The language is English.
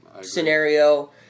scenario